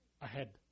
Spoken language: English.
ahead